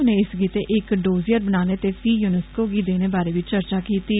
उनें इस गित्तै इक डोजियर बनाने ते फी यूनिस्को गी देने बारै बी चर्चा कीत्ती